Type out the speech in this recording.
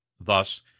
Thus